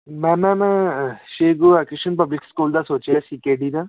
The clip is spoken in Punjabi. ਮੈਮ ਮੈਂ ਮ ਸ਼੍ਰੀ ਗੁਰੂ ਹਰਕ੍ਰਿਸ਼ਨ ਪਬਲਿਕ ਸਕੂਲ ਦਾ ਸੋਚਿਆ ਸੀ ਕੇਡੀ ਦਾ